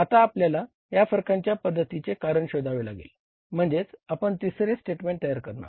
तर आता आपल्याला या फरकांच्या पद्धतीचे कारण शोधावे लागेल म्हणजेच आपण तिसरे स्टेटमेंट तयार करणार